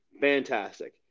fantastic